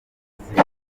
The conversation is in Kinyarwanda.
jenoside